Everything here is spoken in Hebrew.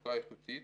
בתעסוקה איכותית,